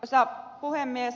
arvoisa puhemies